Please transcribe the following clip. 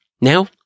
Now